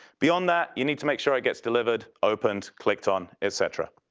beyond that you need to make sure it gets delivered, opened, clicked on, etc.